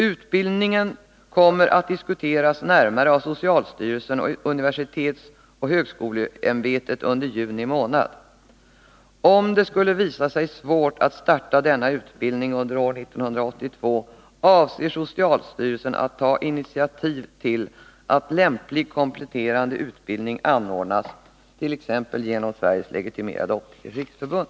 Utbildningen kommer att diskuteras närmare av socialstyrelsen och universitetsoch högskoleämbetet under juni månad. Om det skulle visa sig svårt att starta denna utbildning under år 1982 avser socialstyrelsen att ta initiativ till att lämplig kompletterande utbildning anordnas, t.ex. genom Sveriges legitimerade optikers riksförbund.